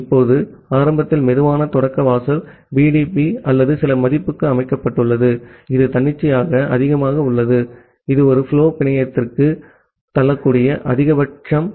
இப்போது ஆரம்பத்தில் slow start வாசல் BDP அல்லது சில மதிப்புக்கு அமைக்கப்பட்டுள்ளது இது தன்னிச்சையாக அதிகமாக உள்ளது இது ஒரு புலோ பிணையத்திற்கு தள்ளக்கூடிய அதிகபட்சம் ஆகும்